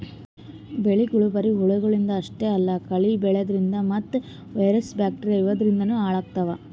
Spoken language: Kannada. ಬೆಳಿಗೊಳ್ ಬರಿ ಹುಳಗಳಿಂದ್ ಅಷ್ಟೇ ಅಲ್ಲಾ ಕಳಿ ಬೆಳ್ಯಾದ್ರಿನ್ದ ಮತ್ತ್ ವೈರಸ್ ಬ್ಯಾಕ್ಟೀರಿಯಾ ಇವಾದ್ರಿನ್ದನೂ ಹಾಳಾತವ್